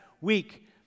week